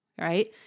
Right